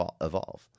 evolve